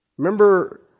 Remember